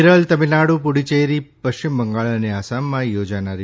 કેરળ તામિલનાડ઼ પુદુચેરી પશ્ચિમ બંગાળ અને આસામમાં યોજાનારી